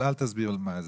אבל אל תסביר לי מה זה,